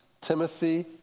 Timothy